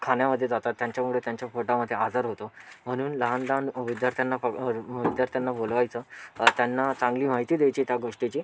खाण्यामध्ये जातात त्यांच्यामुळे त्यांच्या पोटामध्ये आजार होतो म्हणून लहान लहान विद्यार्थ्यांना प विद्यार्थ्यांना बोलवायचं त्यांना चांगली माहिती द्यायची त्या गोष्टीची